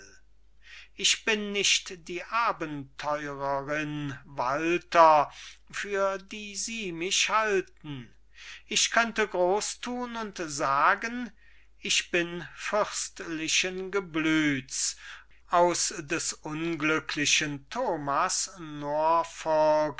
ich bin nicht die abenteurerin walter für die sie mich halten ich könnte groß thun und sagen ich bin fürstlichen geblüths aus des unglücklichen thomas